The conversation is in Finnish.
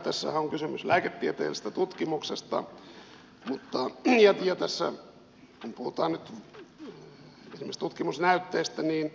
tässähän on kysymys lääketieteellisestä tutkimuksesta ja kun tässä puhutaan nyt esimerkiksi tutkimusnäytteistä niin